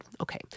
Okay